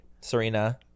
Serena